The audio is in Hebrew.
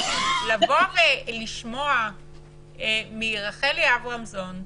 לבוא ולשמוע מרחלי אברמזון,